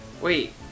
Wait